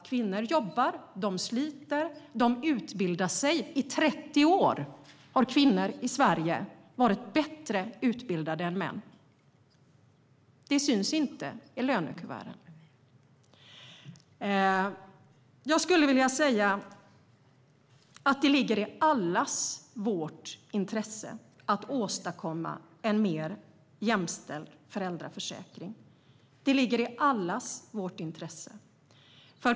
Kvinnor jobbar och sliter, och de utbildar sig. I 30 år har kvinnor i Sverige varit bättre utbildade än män. Men det syns inte i lönekuverten. Jag skulle vilja säga att det ligger i allas vårt intresse att åstadkomma en mer jämställd föräldraförsäkring.